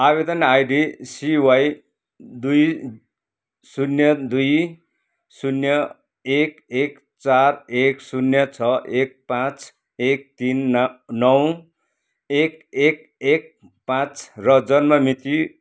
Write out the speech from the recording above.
आवेदन आइडी सिवाई दुई शून्य दुई शून्य एक एक चार एक शून्य छ एक पाँच एक तिन ना नौ एक एक एक एक पाँच र जन्म मिति